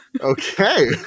Okay